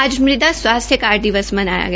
आज मृदा स्वास्थ्य कार्ड दिवस मनाया गया